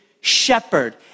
shepherd